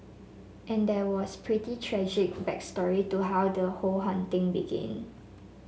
and there was pretty tragic back story to how the whole haunting begin